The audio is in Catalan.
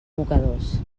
mocadors